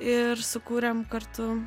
ir sukūrėm kartu